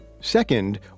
Second